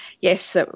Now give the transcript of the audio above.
Yes